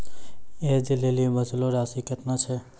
ऐज लेली बचलो राशि केतना छै?